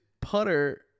putter